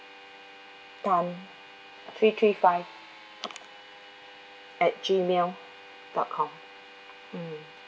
tan three three five at gmail dot com mm